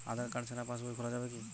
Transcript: আধার card ছাড়া পাশবই খোলা যাবে কি?